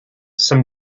some